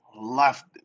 left